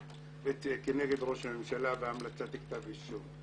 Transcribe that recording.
כנגד ראש הממשלה והמלצה על כתב אישום.